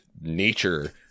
nature